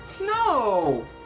No